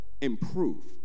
Improve